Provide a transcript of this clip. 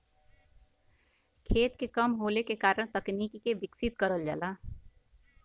खेत के कम होले के कारण से तकनीक के विकसित करल जाला